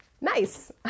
nice